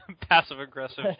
Passive-aggressive